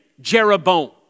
Jeroboam